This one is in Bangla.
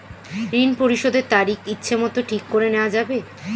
ঋণ পরিশোধের তারিখ ইচ্ছামত ঠিক করে নেওয়া যাবে?